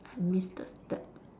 I miss the step